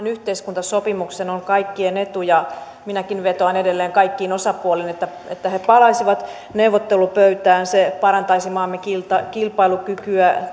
yhteiskuntasopimuksen on kaikkien etu minäkin vetoan edelleen kaikkiin osapuoliin että että he palaisivat neuvottelupöytään se parantaisi maamme kilpailukykyä